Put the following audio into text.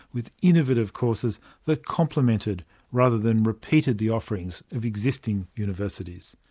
with innovative courses that complemented rather than repeated the offerings of existing universities.